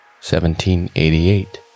1788